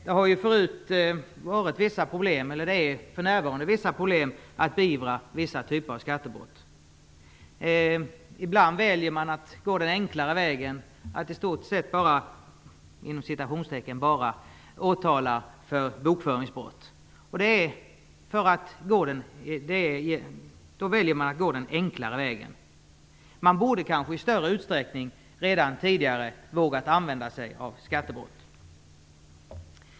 Det har förut varit och är också för närvarande vissa problem med att beivra vissa typer av skattebrott. Ibland väljer man att gå den enklare vägen: att i stort sett "bara" åtala för bokföringsbrott. Man borde kanske i större utsträckning redan tidigare vågat använda sig av rubriceringen skattebrott.